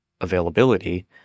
availability